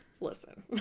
Listen